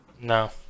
No